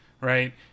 Right